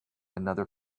another